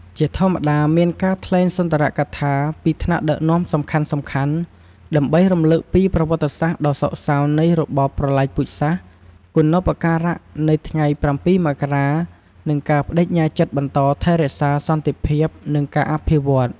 ជាធម្មតា មានការថ្លែងសុន្ទរកថាពីថ្នាក់ដឹកនាំសំខាន់ៗ ដើម្បីរំឭកពីប្រវត្តិសាស្ត្រដ៏សោកសៅនៃរបបប្រល័យពូជសាសន៍ គុណូបការៈនៃថ្ងៃ៧ មករា និងការប្ដេជ្ញាចិត្តបន្តថែរក្សាសន្តិភាពនិងការអភិវឌ្ឍន៍។